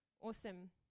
Awesome